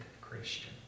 Christian